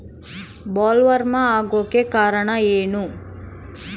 Bollworm ಆಗೋಕೆ ಕಾರಣ ಏನು?